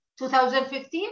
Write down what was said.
2015